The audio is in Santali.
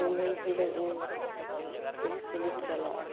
ᱫᱤᱱᱟᱹᱢ ᱦᱤᱞᱳᱜ ᱤᱧ ᱤᱥᱠᱩᱞᱤᱧ ᱪᱟᱞᱟᱜᱼᱟ